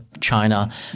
China